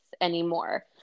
anymore